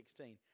16